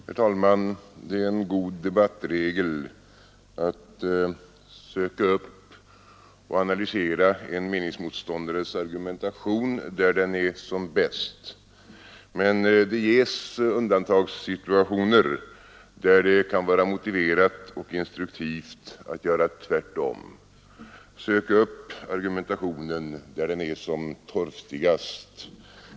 Herr talman! Det är god debattregel att söka upp och analysera en meningsmotståndares argumentation där den är som bäst, men det ges undantagssituationer där det kan vara motiverat och instruktivt att göra tvärtom, alltså söka upp argumentationen där den är som torftigast.